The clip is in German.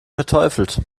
verteufelt